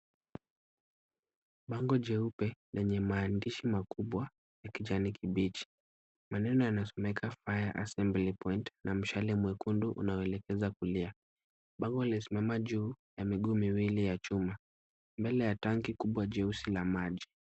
Bango jeupe lenye maandishi makubwa ya kijani kibichi. Maneno yanasomeka fire assembly point na mshale mwekundu unaoelekeza kulia. Bango limesimama juu ya miguu miwili ya chuma mbele ya tanki kubwa jeusi la maji.